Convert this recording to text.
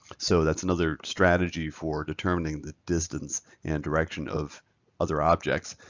so that's another strategy for determining the distance and direction of other objects.